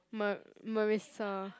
Mar~ Marissa